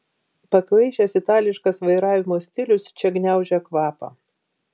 pakvaišęs itališkas vairavimo stilius čia gniaužia kvapą